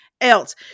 else